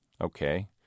Okay